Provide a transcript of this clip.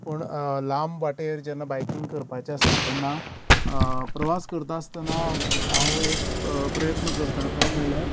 पूण लांब वाटेर जेन्ना बायकींग करपाचे आसा तेन्ना प्रवास करता आसतना हांव एक प्रयत्न करता तो म्हणल्यार